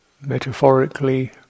metaphorically